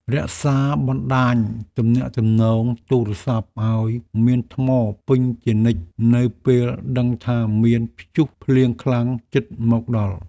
រក្សាបណ្តាញទំនាក់ទំនងទូរស័ព្ទឱ្យមានថ្មពេញជានិច្ចនៅពេលដឹងថាមានព្យុះភ្លៀងខ្លាំងជិតមកដល់។